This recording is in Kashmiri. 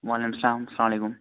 وعلیکُم سلام سلام علیکُم